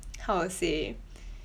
how to say